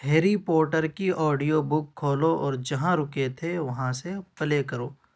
Harry Potter audio آڈیو بک کھولو اور جہاں رکے تھے وہاں سے پلے کرو